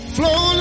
flow